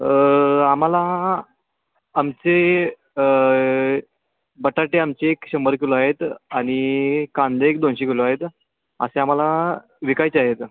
आम्हाला आमचे बटाटे आमचे एक शंभर किलो आहेत आणि कांदे एक दोनशे किलो आहेत असे आम्हाला विकायचे आहेत